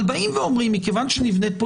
אבל באים ואומרים שמכיוון שנבנית פה